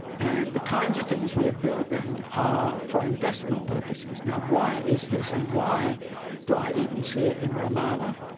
and the kinds of things we're building are for investment purposes. now why is this? and why do i even see it in ramallah,